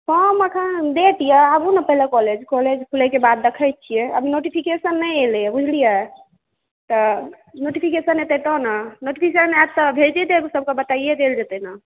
हम अखन डेट यऽ आबू ने पहिले कॉलेज कॉलेज खुलै के बाद देखै छियै अभी नोटिफिकेशन नहि एलैया बुझलियै तऽ नोटिफिकेशन एतै तहन ने नोटिफिकेशन आयत तऽ भेजे देब सबके बता देल जेतै ने